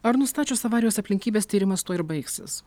ar nustačius avarijos aplinkybes tyrimas tuo ir baigsis